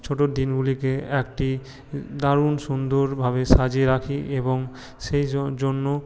ছোটোর দিনগুলিকে একটি দারুণ সুন্দরভাবে সাজিয়ে রাখি এবং সেই জন্য